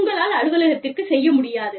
உங்களால் அலுவலகத்திற்குச் செல்ல முடியாது